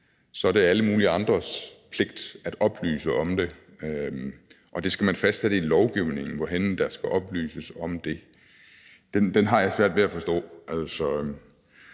så er det alle mulige andres pligt at oplyse om det, og man skal fastsætte i lovgivningen, hvor henne der skal oplyses om det. Netto kan godt finde ud af at